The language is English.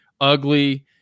ugly